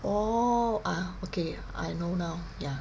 orh ah okay I know now ya